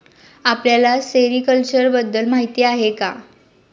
आपल्याला सेरीकल्चर बद्दल माहीती आहे का?